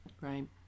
Right